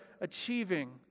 achieving